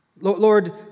Lord